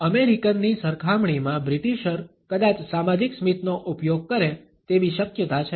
અમેરિકનની સરખામણીમાં બ્રિટિશર કદાચ સામાજિક સ્મિતનો ઉપયોગ કરે તેવી શક્યતા છે